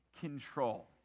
control